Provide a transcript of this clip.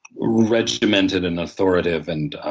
regimented and authoritative, and